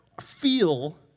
feel